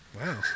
Wow